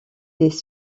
des